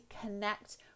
connect